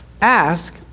Ask